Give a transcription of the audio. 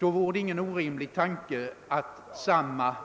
Det är därför ingen orimlig tanke att samma